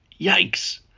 Yikes